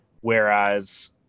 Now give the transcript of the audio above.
Whereas